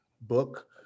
book